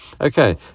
Okay